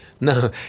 no